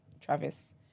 Travis